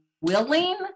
willing